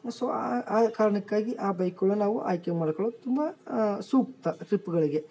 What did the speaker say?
so ಆ ಕಾರಣಕ್ಕಾಗಿ ಆ ಬೈಕ್ಗಳು ನಾವು ಆಯ್ಕೆ ಮಾಡ್ಕೊಳ್ಳೋದು ತುಂಬ ಸೂಕ್ತ ಟ್ರಿಪ್ಗಳಿಗೆ